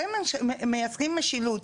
אתם מייצגים משילות.